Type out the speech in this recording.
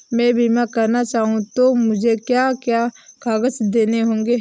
मैं बीमा करना चाहूं तो मुझे क्या क्या कागज़ देने होंगे?